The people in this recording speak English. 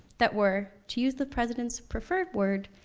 that were, to use the president's preferred word,